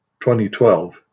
2012